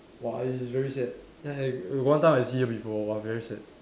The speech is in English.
!wah! it's very sad then I one time I see her before !wah! very sad